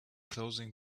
closing